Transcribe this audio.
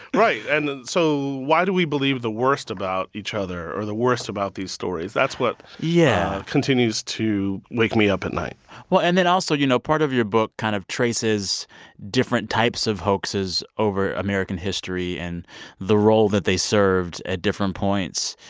right. and so why do we believe the worst about each other or the worst about these stories? that's what. yeah. continues to wake me up at night well, and then also, you know, part of your book kind of traces different types of hoaxes over american history and the role that they served at different points.